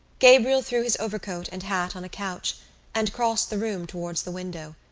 gabriel threw his overcoat and hat on a couch and crossed the room towards the window.